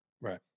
Right